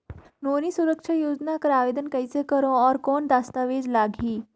नोनी सुरक्षा योजना कर आवेदन कइसे करो? और कौन दस्तावेज लगही?